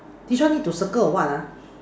this one need to circle or what ah